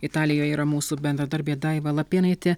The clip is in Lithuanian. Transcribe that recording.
italijoje yra mūsų bendradarbė daiva lapėnaitė